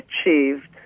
achieved